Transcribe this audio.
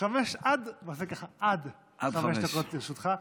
עד חמש דקות לרשותך.